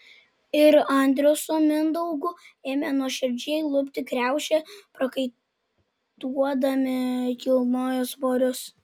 ir andrius su mindaugu ėmė nuoširdžiai lupti kriaušę prakaituodami kilnojo svorius